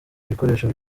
ibikoresho